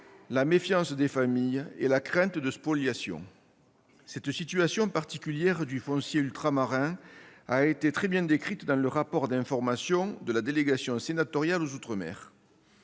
la méfiance des familles et la crainte de la spoliation. Cette situation particulière du foncier ultramarin a été très bien décrite dans le rapport d'information de la délégation sénatoriale aux outre-mer.